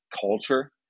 culture